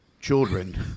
children